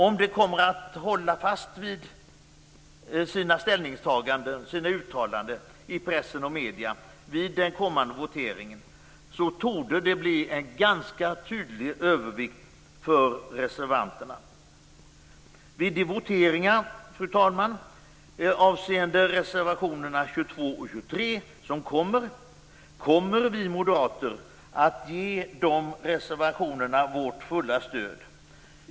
Om de kommer att hålla fast vid sina uttalade ställningstaganden i press och medier vid den kommande voteringen torde det bli en ganska tydlig övervikt för reservanterna. Fru talman! Vid voteringarna avseende reservationerna 22 och 23 kommer vi moderater att ge reservationerna vårt full stöd.